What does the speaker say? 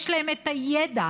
יש להם את הידע,